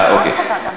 אוקיי.